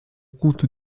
compte